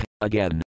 again